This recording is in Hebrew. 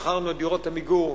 מכרנו את דירות "עמיגור",